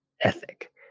ethic